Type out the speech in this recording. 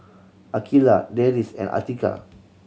Aqeelah Deris and Atiqah